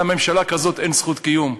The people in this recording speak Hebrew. לממשלה כזאת אין זכות קיום.